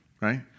right